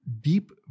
deep